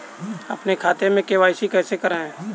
अपने खाते में के.वाई.सी कैसे कराएँ?